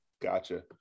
Gotcha